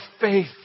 faith